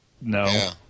No